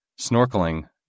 snorkeling